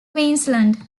queensland